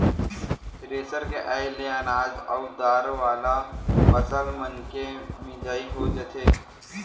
thresher के आये ले अनाज अउ दार वाला फसल मनके मिजई हो जाथे